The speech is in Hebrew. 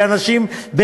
באנשים,